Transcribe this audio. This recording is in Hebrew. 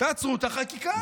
תעצרו את החקיקה הזו.